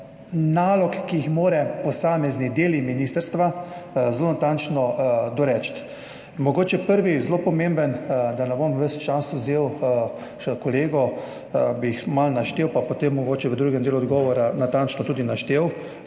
nalog, ki jih morajo posamezni deli ministrstva zelo natančno doreči. Mogoče prvi zelo pomemben, da ne bom vsega časa vzel kolegu, bi jih malo naštel, pa potem mogoče v drugem delu odgovora natančno tudi naštel,